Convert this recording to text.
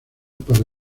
para